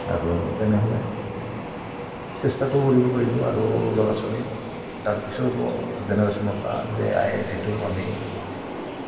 আৰু তেনেহ'লে চেষ্টাটোও কৰিব পাৰিব আৰু ল'ৰা ছোৱালীৰ তাৰপিছৰ জেনেৰেচনৰ পৰা যে আইআইটিটো আমি